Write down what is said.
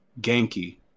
Genki